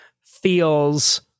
feels